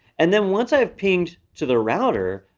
and then once i've pinged to the router,